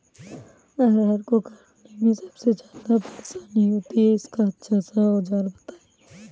अरहर को काटने में सबसे ज्यादा परेशानी होती है इसका अच्छा सा औजार बताएं?